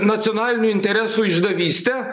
nacionalinių interesų išdavyste